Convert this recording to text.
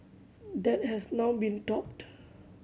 that has now been topped